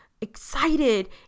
excited